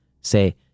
say